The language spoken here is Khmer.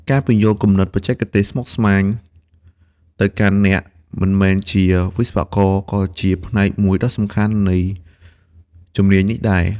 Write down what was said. ការពន្យល់គំនិតបច្ចេកទេសស្មុគស្មាញទៅកាន់អ្នកមិនមែនជាវិស្វករក៏ជាផ្នែកមួយដ៏សំខាន់នៃជំនាញនេះដែរ។